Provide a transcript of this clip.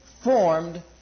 formed